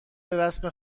رسم